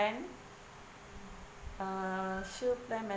~an uh shield plan medic~